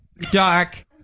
dark